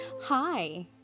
Hi